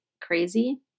crazy